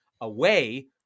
away